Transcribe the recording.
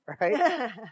Right